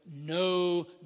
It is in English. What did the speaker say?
no